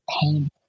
pain